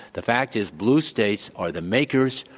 the fact is blue states are the makers,